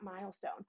milestone